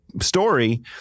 story